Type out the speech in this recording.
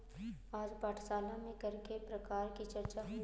आज पाठशाला में कर के प्रकार की चर्चा हुई